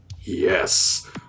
Yes